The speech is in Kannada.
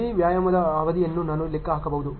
ಇಡೀ ವ್ಯಾಯಾಮದ ಅವಧಿಯನ್ನು ನಾನು ಲೆಕ್ಕ ಹಾಕಬಹುದು